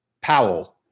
Powell